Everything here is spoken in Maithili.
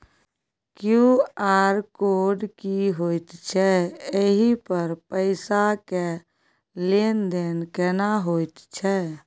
क्यू.आर कोड की होयत छै एहि पर पैसा के लेन देन केना होयत छै?